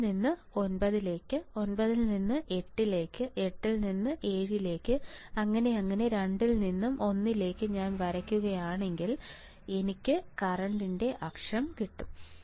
10 നിന്ന് 9 ലേക്ക് 9 നിന്ന് 8 ലേക്ക് 8 നിന്നും 7 ലേക്ക് അങ്ങനെയങ്ങനെ 2 നിന്നും 1 ലേക്ക് ഞാൻ വയ്ക്കുകയാണെങ്കിൽ എനിക്ക് കറന്റ്ൻറെ അക്ഷം കിട്ടും